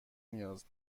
نیاز